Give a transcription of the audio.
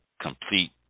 complete